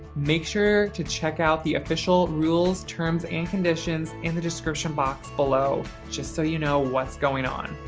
make sure to check out the official rules, terms and conditions in the description box below just so you know what's going on.